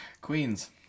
Queens